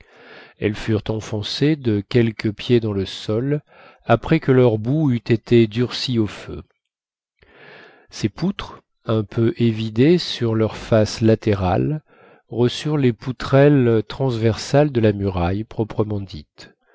elles furent enfoncées de quelques pieds dans le sol après que leur bout eut été durci au feu ces poutres un peu évidées sur leurs faces latérales reçurent les poutrelles transversales de la muraille proprement dite